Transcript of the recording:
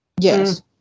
Yes